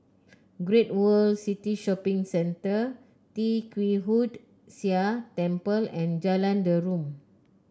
Great World City Shopping Centre Tee Kwee Hood Sia Temple and Jalan Derum